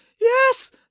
Yes